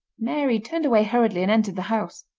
mary turned away hurriedly and entered the house.